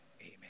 Amen